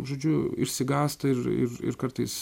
žodžiu išsigąsta ir ir ir kartais